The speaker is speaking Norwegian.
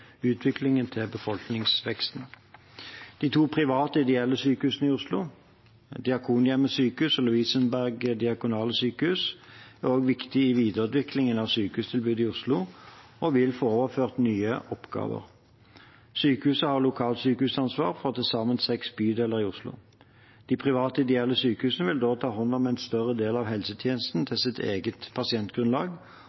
utviklingen til befolkningsveksten. De to private ideelle sykehusene i Oslo, Diakonhjemmet sykehus og Lovisenberg Diakonale Sykehus, er også viktige i videreutviklingen av sykehustilbudet i Oslo og vil få overført nye oppgaver. Sykehusene har lokalsykehusansvar for til sammen seks bydeler i Oslo. De private ideelle sykehusene vil da ta hånd om en større del av helsetjenesten